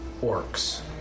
orcs